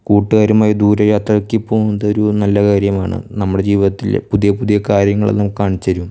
കൂട്ടുകാരുമായി ദൂരെ യാത്രയ്ക്ക് പോകുന്നതൊരു നല്ല കാര്യമാണ് നമ്മുടെ ജീവിതത്തില് പുതിയ പുതിയ കാര്യങ്ങൾ നമുക്ക് കാണിച്ച് തരും